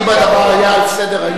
אם זה היה על סדר-היום.